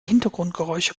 hintergrundgeräusche